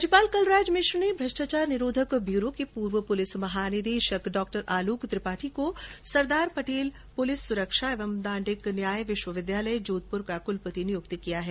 राज्यपाल कलराज मिश्र ने भ्रष्टाचार निरोधक ब्यूरो के पूर्व पुलिस महानिदेशक डॉ आलोक त्रिपाठी को सरदार पटेल पुलिस सुरक्षा और दाण्डिक न्याय विश्वविद्यालय जोधपुर कुलपति नियुक्त किया है